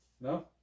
no